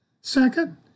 Second